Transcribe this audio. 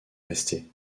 resté